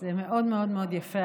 זה היה מאוד מאוד יפה,